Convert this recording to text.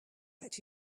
that